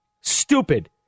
stupid